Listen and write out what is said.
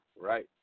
right